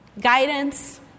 guidance